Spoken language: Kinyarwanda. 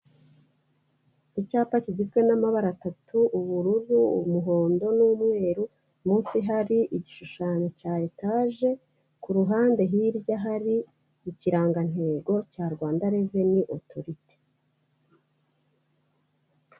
Icyapa kigizwe n'amabara atatu, ubururu, umuhondo n'umweru, munsi hari igishushanyo cya etaje, ku ruhande hirya, hari ikirangantego cya Rwanda Revenue Authority.